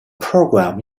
program